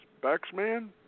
Baxman